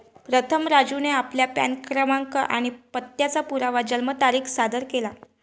प्रथम राजूने आपला पॅन क्रमांक आणि पत्त्याचा पुरावा जन्मतारीख सादर केला